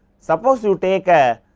suppose, you take a